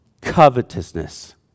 covetousness